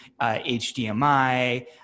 HDMI